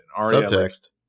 Subtext